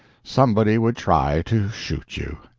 somebody would try to shoot you.